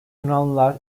yunanlılar